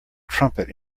trumpet